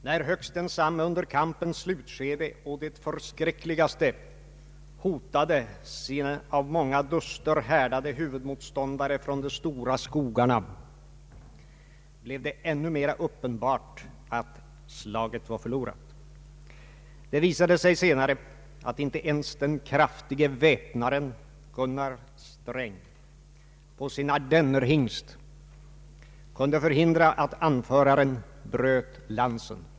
När högst densamme under kampens slutskede å det förskräckligaste hotade sin av många duster härdade huvudmotståndare från de stora skogarna blev det ännu mera uppenbart att slaget var förlorat. Det visade sig senare att inte ens den kraftige väpnaren Gunnar Sträng på sin ardennerhingst kunde förhindra att anföraren bröt lansen.